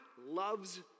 loves